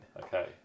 Okay